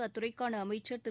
அத்துறைக்கான அமைச்சர் திரு